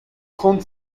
trente